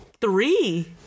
Three